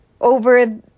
over